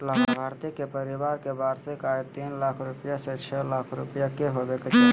लाभार्थी के परिवार के वार्षिक आय तीन लाख रूपया से छो लाख होबय के चाही